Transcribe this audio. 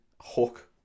hook